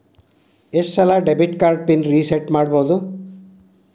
ಎಷ್ಟ ಸಲ debit card pin reset ಮಾಡಬೋದು